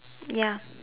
ya